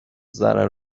ضرر